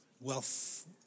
Wealth